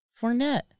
Fournette